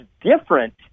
different